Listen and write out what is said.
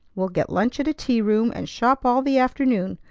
we'll get lunch at a tea-room, and shop all the afternoon.